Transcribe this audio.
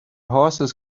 horses